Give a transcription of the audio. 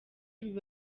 biba